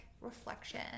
reflection